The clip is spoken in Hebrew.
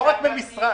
מגיע.